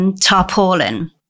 tarpaulin